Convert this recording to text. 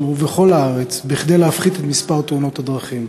ובכל הארץ כדי להפחית את מספר תאונות הדרכים.